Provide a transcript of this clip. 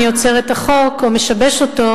אני עוצר את החוק או משבש אותו,